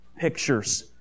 pictures